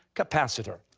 capacitor.